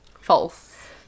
False